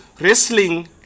Wrestling